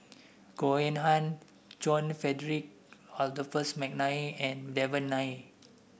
Goh Eng Han John Frederick Adolphus McNair and Devan Nair